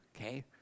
Okay